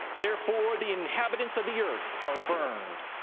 therefore the inhabitants of the earth are burned,